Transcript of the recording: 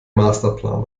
masterplan